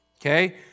okay